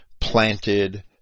planted